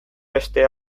beste